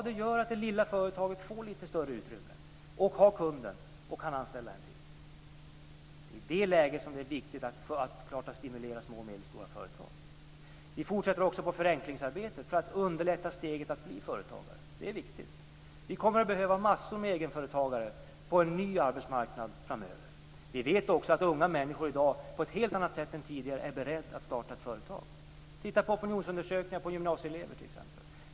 Det gör att det lilla företaget får litet större utrymme, har kunden och kan anställa en till. Det är i det läget som det är viktigt att stimulera små och medelstora företag. Vi fortsätter också förenklingsarbetet för att underlätta steget att bli företagare. Det är viktigt. Vi kommer att behöva massor med egenföretagare på en ny arbetsmarknad framöver. Vi vet också att unga människor i dag på ett helt annat sätt än tidigare är beredda att starta företag. Titta t.ex. på opinionsundersökningar bland gymnasieelever.